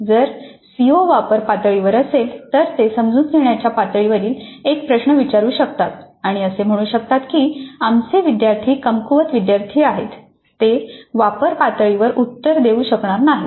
जर सीओ वापर पातळीवर असेल तर ते समजून घेण्याच्या पातळीवर एक प्रश्न विचारू शकतात आणि असे म्हणू शकतात की आमचे विद्यार्थी कमकुवत विद्यार्थी आहेत ते वापर पातळीवर उत्तर देऊ शकणार नाहीत